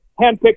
handpicked